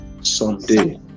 someday